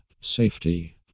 safety